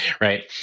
Right